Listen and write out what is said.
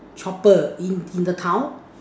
chopper in in the town